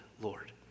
Lord